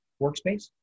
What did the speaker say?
workspace